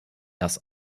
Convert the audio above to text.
das